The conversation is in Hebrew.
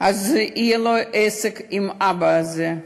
אז יהיה לו עסק עם האבא הזה.